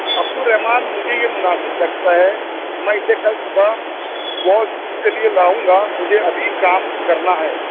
عبدالرحمٰن مجھے یہ مناسب لگتا ہے میں اسے کل صبح واش کے لیے لاؤںگا مجھے ابھی کام کرنا ہے